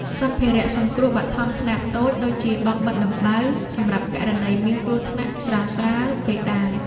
សម្ភារៈសង្គ្រោះបឋមខ្នាតតូច ដូចជាបង់បិទដំបៅ សម្រាប់ករណីមានគ្រោះថ្នាក់ស្រាលៗពេលដើរ។